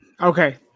Okay